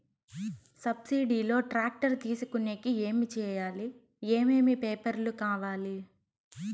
Subsidy లో tractor తీసుకొనేకి ఏమి చేయాలి? ఏమేమి పేపర్లు కావాలి?